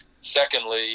Secondly